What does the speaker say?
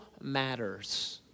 matters